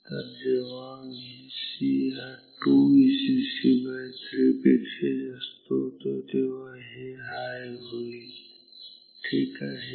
तर जेव्हा Vc हा 2Vcc3 पेक्षा जास्त होतो तेव्हा हे हाय होईल ठीक आहे